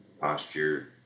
posture